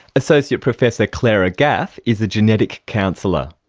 associate professor clara gaff is a genetic counsellor.